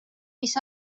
mis